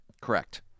Correct